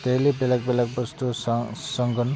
दैलि बेलेक बेलेक बुस्थु संगोन